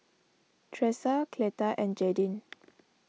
Tresa Cleta and Jadyn